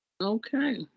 Okay